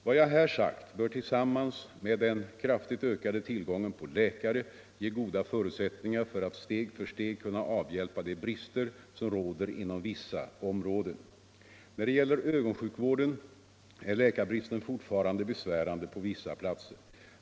Vad jag här sagt bör tillsammans med den kraftigt ökande tillgången på läkare ge goda förutsättningar för att steg för steg kunna avhjälpa de brister som råder inom vissa områden. När det gäller ögonsjukvården är läkarbristen fortfarande besvärande på vissa platser.